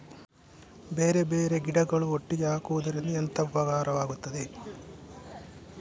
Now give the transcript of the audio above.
ಬೇರೆ ಬೇರೆ ಗಿಡಗಳು ಒಟ್ಟಿಗೆ ಹಾಕುದರಿಂದ ಎಂತ ಉಪಕಾರವಾಗುತ್ತದೆ?